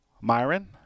Myron